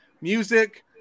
Music